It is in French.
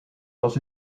dans